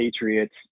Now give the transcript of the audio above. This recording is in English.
patriots